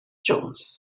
jones